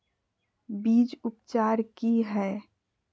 बीज उपचार कि हैय?